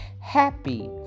Happy